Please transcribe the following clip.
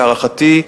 להערכתי,